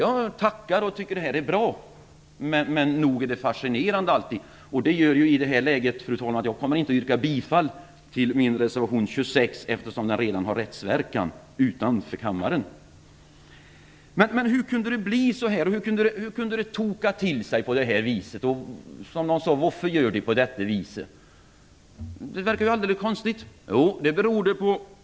Jag tackar och tycker att detta är bra. Men nog är det fascinerande alltid. Det gör att jag inte kommer att yrka bifall, fru talman, till min reservation 26, eftersom den redan har rättsverkan utanför kammaren. Hur kunde det bli så här? Hur kunde det toka till sig på detta vis? Som de sade: Voffö gör di på dette vise? Det verkar ju alldeles konstigt.